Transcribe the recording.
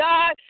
God